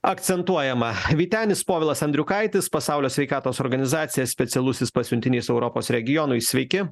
akcentuojama vytenis povilas andriukaitis pasaulio sveikatos organizacijos specialusis pasiuntinys europos regionui sveiki